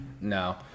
no